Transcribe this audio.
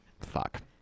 Fuck